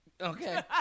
Okay